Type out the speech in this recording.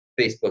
Facebook